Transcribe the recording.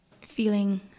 feeling